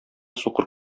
сукыр